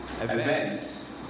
events